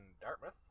Dartmouth